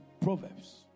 Proverbs